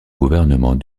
gouvernement